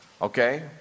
Okay